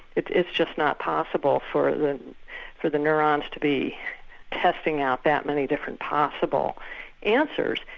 it's it's just not possible for the for the neurons to be testing out that many different possible answers.